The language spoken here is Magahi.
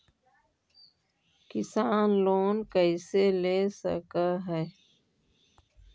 किसान लोन कैसे ले सक है?